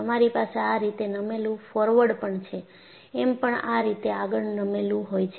તમારી પાસે આ રીતે નમેલું ફોરવર્ડ પણ છે એમ પણ આ રીતે આગળ નમેલું હોય છે